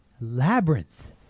Labyrinth